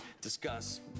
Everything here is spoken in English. discuss